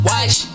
Watch